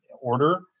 order